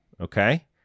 Okay